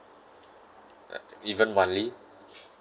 um even monthly